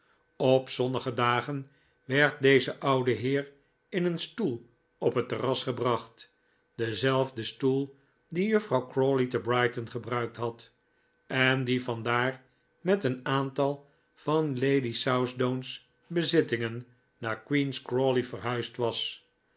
op zonnige dagen werd deze oude heer in een stoel op het terras gebracht dezelfde stoel dien juffrouw crawley te brighton gebruikt had en die vandaar met een aantal van lady southdown's bezittingen naar queen's crawley verhuisd was